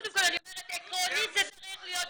קודם כל אני אומרת עקרונית זה צריך להיות במל"ג.